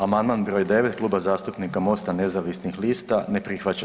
Amandman br. 9 Kluba zastupnika Mosta nezavisnih lista se ne prihvaća.